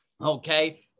okay